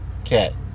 Okay